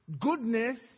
Goodness